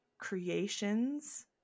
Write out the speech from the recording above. creations